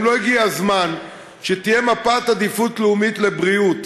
אם לא הגיע הזמן שתהיה מפת עדיפויות לאומית לבריאות,